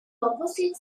opposite